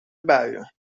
buien